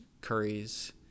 curries